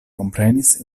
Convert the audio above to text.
komprenis